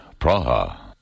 Praha